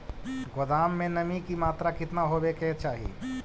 गोदाम मे नमी की मात्रा कितना होबे के चाही?